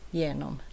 genom